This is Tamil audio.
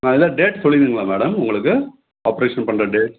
அதில் டேட் சொல்லிருந்திங்களா மேடம் உங்களுக்கு ஆப்ரேஷன் பண்ணுற டேட்